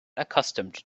accustomed